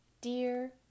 Dear